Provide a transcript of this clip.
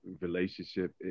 relationship